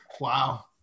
Wow